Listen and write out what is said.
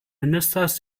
ministers